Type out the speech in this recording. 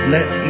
Let